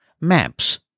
Maps